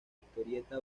historieta